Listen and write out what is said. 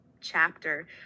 chapter